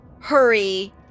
hurry